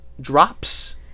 drops